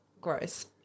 Gross